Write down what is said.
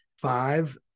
five